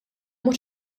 mhux